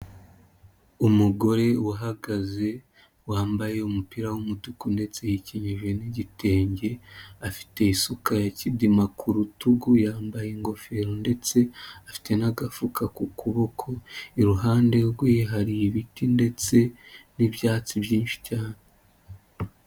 Umugore uhagaze wambaye umupira w'umutuku ndetse yikinije n'igitenge, afite isuka ya kidima ku rutugu, yambaye ingofero ndetse afite n'agafuka ku kuboko, iruhande rwe hari ibiti ndetse n'ibyatsi byinshi cyane.